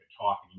talk